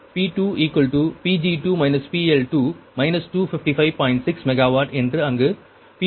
6 megawatt என்று அங்கு P2 2